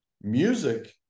Music